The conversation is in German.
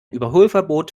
überholverbot